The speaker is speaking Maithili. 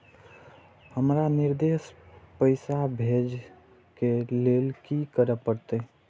हमरा विदेश पैसा भेज के लेल की करे परते?